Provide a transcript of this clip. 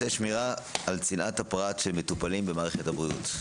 שמירה על צנעת הפרט של מטופלים במערכת הבריאות.